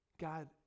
God